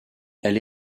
elle